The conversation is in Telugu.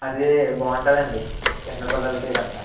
అది బాగుంటుందండి చిన్న పిల్లలకి గట్రా